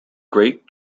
great